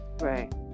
right